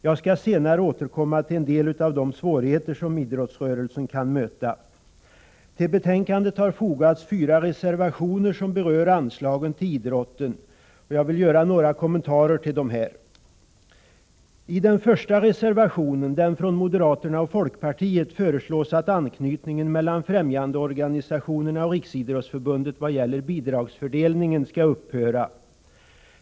Jag skall senare återkomma till en del av de svårigheter som idrottsrörelsen kan möta. Till betänkandet har fogats fyra reservationer som berör anslagen till idrotten. Jag vill göra några kommentarer till dessa. I den första reservationen, från moderaterna och folkpartiet, föreslås att anknytningen mellan främjandeorganisationerna och Riksidrottsförbundet i vad gäller bidragsfördelningen skall upphöra.